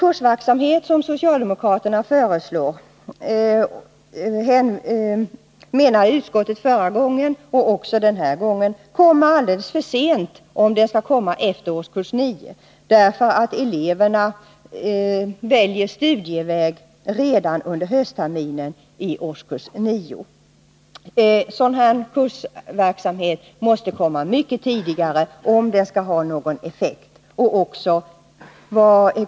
Utskottet menade förra gången denna fråga behandlades att den kursverksamhet som socialdemokraterna föreslår skulle komma alldeles för sent, eftersom eleverna väljer studieväg redan under höstterminen i årskurs 9. Det är utskottets uppfattning även denna gång. Sådan här kursverksamhet måste komma mycket tidigare, om den skall ha någon effekt.